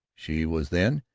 she was then,